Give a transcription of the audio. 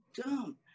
dumb